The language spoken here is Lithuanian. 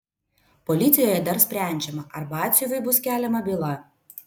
policijoje dar sprendžiama ar batsiuviui bus keliama byla